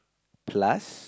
plus